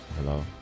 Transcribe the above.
Hello